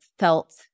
Felt